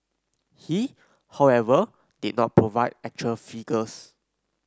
he however did not provide actual figures